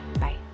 Bye